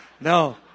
No